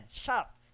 shop